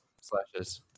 slashes